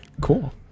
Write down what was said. cool